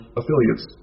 affiliates